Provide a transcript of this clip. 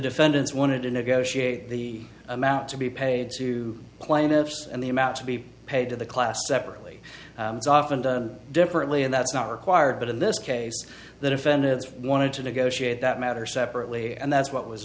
defendants wanted to negotiate the amount to be paid to plaintiffs and the amount to be paid to the class separately often done differently and that's not required but in this case the defendants wanted to negotiate that matter separately and that's what was